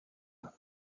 ils